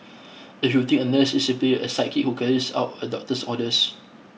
if you think a nurse is simply a sidekick who carries out a doctor's orders